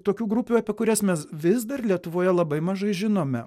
tokių grupių apie kurias mes vis dar lietuvoje labai mažai žinome